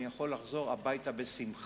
אני יכול לחזור הביתה בשמחה,